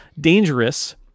dangerous